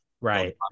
Right